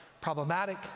problematic